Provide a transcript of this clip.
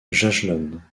jagellonne